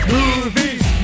Movies